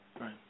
Right